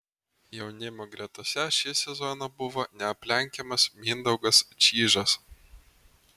jaunimo gretose šį sezoną buvo neaplenkiamas mindaugas čyžas